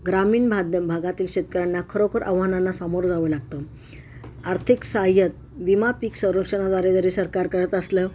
ग्रामीण भाद्य भागातील शेतकऱ्यांना खरोखर आव्हानांना सामोरं जावं लागतं आर्थिक साहाय्यात विमा पीक संरक्षणाद्वारे जरी सरकार करत असलं